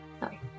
Sorry